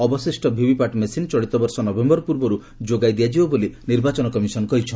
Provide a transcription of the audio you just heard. ଅବଶିଷ୍ଟ VVPAT machine ଚଳିତ ବର୍ଷ ନଭେମ୍ଘର ପୂର୍ବରୁ ଯୋଗାଇ ଦିଆଯିବ ବୋଲି ନିର୍ବାଚନ କମିଶନ କହିଛନ୍ତି